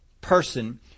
person